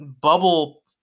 bubble